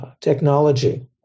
technology